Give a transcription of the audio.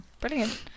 Brilliant